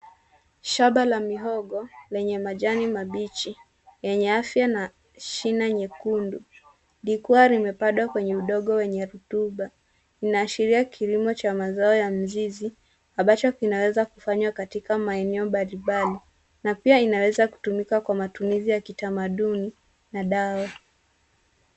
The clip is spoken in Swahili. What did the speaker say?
Shamba la mihogo lenye majani mabichi yenye afya na shina nyekundu likiwa limepandwa kwenye udogo wenye rutuba. Inaashiria kilimo cha mazao ya mzizi ambacho kinaweza kufanyiwa katika maeneo mbalimbali na pia inaweza kutumika kwa matumizi ya kitamaduni na dawa.